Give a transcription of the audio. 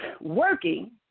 working